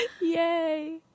Yay